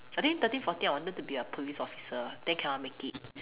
I think thirteen fourteen I wanted to be a police officer then cannot make it